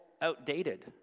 outdated